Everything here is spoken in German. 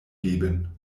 geben